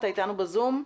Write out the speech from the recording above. אתה אתנו ב-זום.